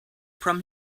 from